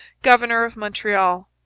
governor of montreal,